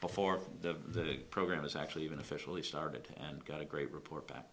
before the program was actually even officially started and got a great report back